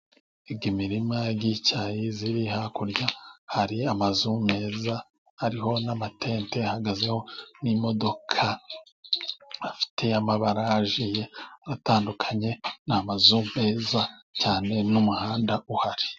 Imirima y'icyayi iri hakurya, hari amazu meza ariho n'amatente ahahagazeho n'imodoka, afite amabara agiye atandukanye ni amazu meza cyane n'umuhanda uhari.